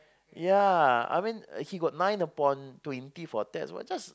ya I mean he got nine upon twenty for a test but just